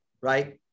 right